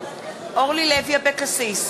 אורלי לוי אבקסיס,